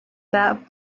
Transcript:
that